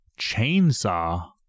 chainsaw